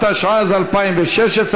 התשע"ז 2016,